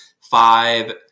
five